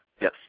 Yes